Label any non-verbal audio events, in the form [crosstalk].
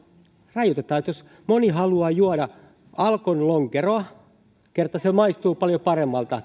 rajoitetaan jos moni haluaa juoda alkon lonkeroa kerta se maistuu paljon paremmalta [unintelligible]